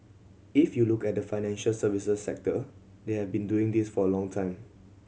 if you look at the financial services sector they have been doing this for a long time